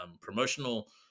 promotional